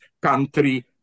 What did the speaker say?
country